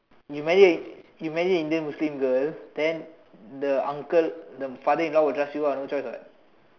you imagine you marry Indian Muslim girl then the uncle the father in law will trust you [what] no choice [what]